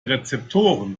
rezeptoren